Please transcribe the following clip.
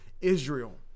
Israel